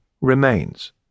remains